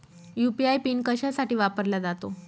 UPI PIN कशासाठी वापरला जातो?